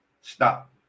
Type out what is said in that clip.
stop